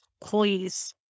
Please